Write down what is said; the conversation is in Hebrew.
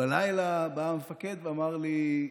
בלילה בא המפקד ואמר לי: